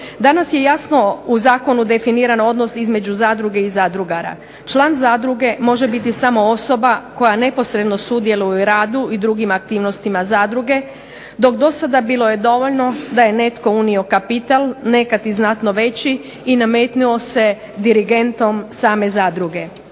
Danas je jasno u zakonu definiran odnos između zadruge i zadrugara. Član zadruge može biti samo osoba koja neposredno sudjeluje u radu i drugim aktivnostima zadruge dok dosada bilo je dovoljno da je netko unio kapital, nekad i znatno veći, i nametnuo se dirigentom same zadruge.